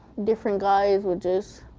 different guys would just